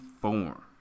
form